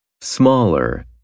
Smaller